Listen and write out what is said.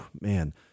man